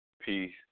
peace